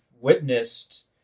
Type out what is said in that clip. witnessed